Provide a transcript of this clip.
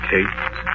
Kate